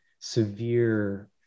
severe